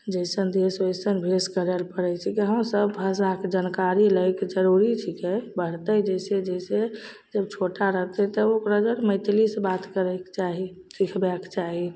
जैसन देश ओइसन भेष करै लए पड़ैत छै हँ सब भाषाके जनकारी लै के जरूरी छिकै बढ़तै जैसे जैसे ओ छोटा रहतै तऽ ओ अगर मैथिली से बात करैके चाही सिखबैके चाही